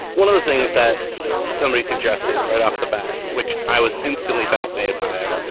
one of the things that somebody suggested, right off the bat, which i was instantly fascinated by,